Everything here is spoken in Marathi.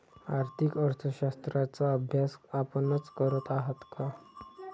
आर्थिक अर्थशास्त्राचा अभ्यास आपणच करत आहात का?